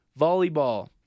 volleyball